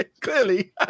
Clearly